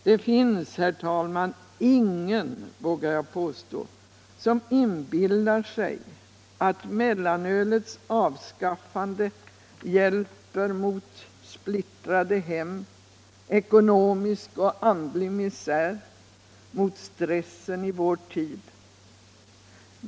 Det finns — vågar jag påstå, herr talman — ingen som inbillar sig att mellanölets avskaffande hjälper mot splittrade hem, ekonomisk och andlig misär, eller mot stressen i vår tid.